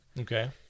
Okay